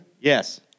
Yes